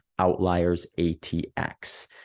outliersATX